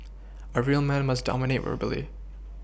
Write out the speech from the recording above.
a real man must dominate verbally